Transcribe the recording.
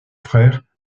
frère